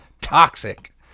toxic